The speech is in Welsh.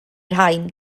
rhain